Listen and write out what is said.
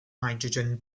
hydrogen